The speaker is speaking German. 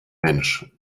mensch